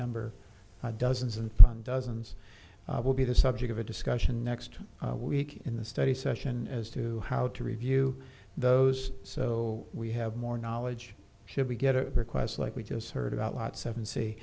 number dozens and dozens will be the subject of a discussion next week in the study session as to how to review those so we have more knowledge should we get a request like we just heard about lot